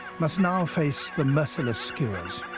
must now face the merciless skuas.